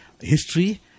history